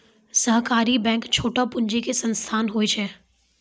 सहकारी बैंक छोटो पूंजी के संस्थान होय छै